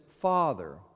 Father